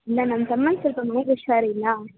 ಇಲ್ಲ ನಮ್ಮ ತಮ್ಮಂಗೆ ಸ್ವಲ್ಪ ಮೈಗೆ ಹುಷಾರಿಲ್ಲ